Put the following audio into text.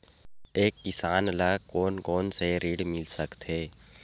एक किसान ल कोन कोन से ऋण मिल सकथे?